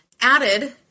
added